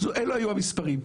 אלו היו המספרים.